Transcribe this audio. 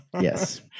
Yes